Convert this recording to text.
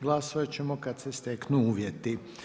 Glasovat ćemo kad se steknu uvjeti.